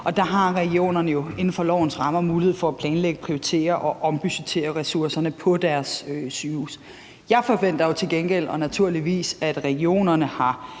og der har regionerne jo inden for lovens rammer mulighed for at planlægge, prioritere og ombudgettere ressourcerne på deres sygehuse. Jeg forventer til gengæld og naturligvis, at regionerne har